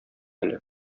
әле